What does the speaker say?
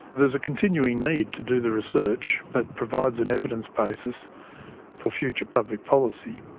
there's a continuing need to do the research that provides an evidence basis for future public policy.